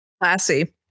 classy